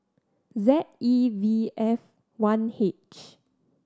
Z E V F one H